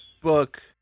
book